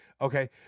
Okay